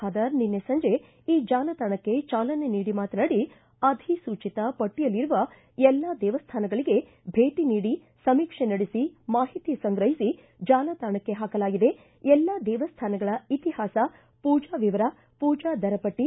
ಬಾದರ್ ನಿನ್ನೆ ಸಂಜೆ ಈ ಜಾಲತಾಣಕ್ಕೆ ಚಾಲನೆ ನೀಡಿ ಮಾತನಾಡಿ ಅಧಿಸೂಚಿತ ಪಟ್ಟಿಯಲ್ಲಿರುವ ಎಲ್ಲಾ ದೇವಸ್ಥಾನಗಳಿಗೆ ಭೇಟಿ ನೀಡಿ ಸಮೀಕ್ಷೆ ನಡೆಸಿ ಮಾಹಿತಿ ಸಂಗ್ರಹಿಸಿ ಜಾಲತಾಣಕ್ಕೆ ಹಾಕಲಾಗಿದೆ ಎಲ್ಲಾ ದೇವಸ್ಥಾನಗಳ ಇತಿಹಾಸ ಪೂಜಾ ವಿವರ ಪೂಜಾ ದರ ಪಟ್ಟಿ